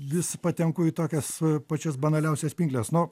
vis patenku į tokias pačias banaliausias pinkles nu